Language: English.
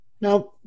Now